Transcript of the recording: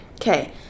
Okay